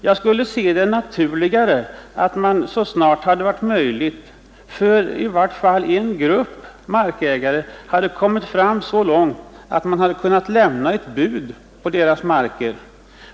Den skulle enligt min uppfattning ha framstått som naturligare, om man så snart det hade varit möjligt hade kunnat lämna ett bud på marken till i vart fall en grupp av markägare.